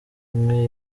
umwe